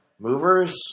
Movers